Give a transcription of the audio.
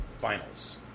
finals